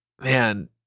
man